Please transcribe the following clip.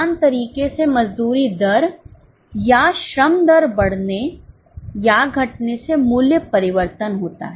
समान तरीके से मजदूरी दर या श्रम दर बढ़ने या घटने से मूल्य परिवर्तन होता है